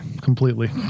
completely